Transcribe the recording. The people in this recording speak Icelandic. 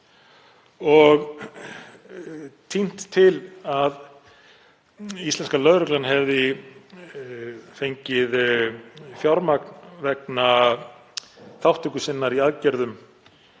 og tínt til að íslenska lögreglan hefði fengið fjármagn vegna þátttöku sinnar í aðgerðum